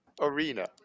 Arena